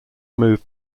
moved